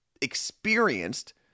experienced